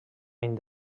any